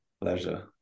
Pleasure